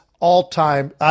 All-time